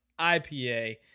ipa